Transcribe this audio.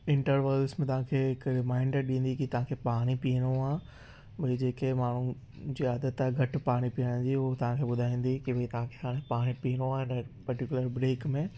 intervals में तव्हांखे हिकु रिमांइडर ॾींदी की तव्हांखे पाणी पीअणो आहे भई जेके माण्हू हुन जी आदत आहे घटि पाणी पीअण जी हू तव्हांखे ॿुधाईंदी की भई तव्हांखे हाणे पाणी पीअणो आहे इन पर्टीकुलर ब्रेक में